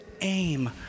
aim